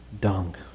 dung